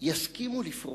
יסכימו לפרוש?